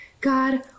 God